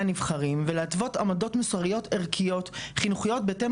הנבחרים ולהתוות עמדות מוסרות ערכיות חינוכיות בהתאם